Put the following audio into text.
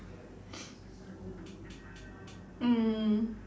mm